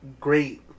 great